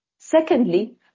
Secondly